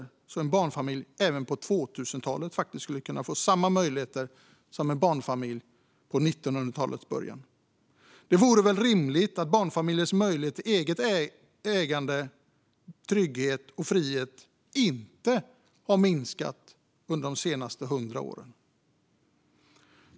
Då skulle en barnfamilj på 2000-talet faktiskt kunna få samma möjligheter som en barnfamilj hade i början av 1900-talet. Det är väl rimligt att barnfamiljers möjlighet till eget ägande, trygghet och frihet inte har minskat under de senaste hundra åren.